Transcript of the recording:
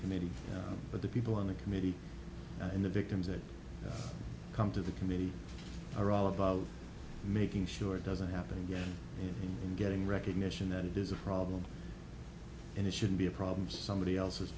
committee but the people on the committee and the victims that come to the committee are all about making sure it doesn't happen again and getting recognition that it is a problem and it shouldn't be a problem somebody else